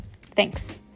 Thanks